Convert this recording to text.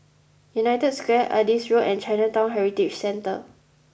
United Square Adis Road and Chinatown Heritage Centre